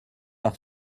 par